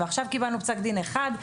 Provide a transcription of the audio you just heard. ועכשיו קיבלנו פסק דין אחד,